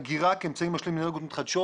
אגירה כאמצעי משלים לאנרגיות מתחדשות.